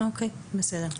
בסדר.